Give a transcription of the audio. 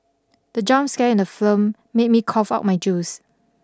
the jump scare in the film made me cough out my juice